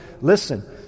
Listen